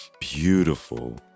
beautiful